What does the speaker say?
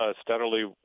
steadily